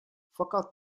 fakat